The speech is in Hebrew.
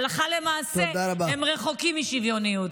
הלכה למעשה הם רחוקים משוויוניות.